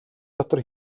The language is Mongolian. дотор